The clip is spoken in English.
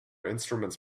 instruments